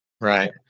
Right